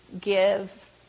give